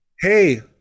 hey